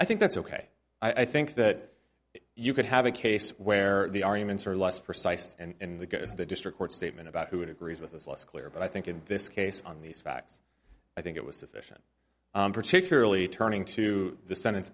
i think that's ok i think that you could have a case where the arguments are less precise and they get the district court statement about who agrees with those less clear but i think in this case on these facts i think it was sufficient particularly turning to the sentence